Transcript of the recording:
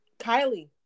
Kylie